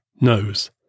knows